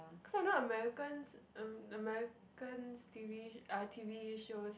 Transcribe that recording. cause I know Americans um Americans t_v uh t_v shows